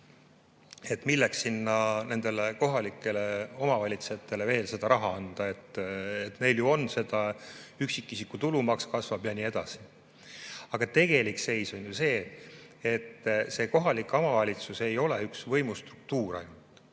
Milleks sinna nendele kohalikele omavalitsejatele veel raha anda? Neil ju on seda, üksikisiku tulumaks kasvab ja nii edasi. Aga tegelik seis on see, et kohalik omavalitsus ei ole üks võimustruktuur.